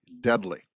deadly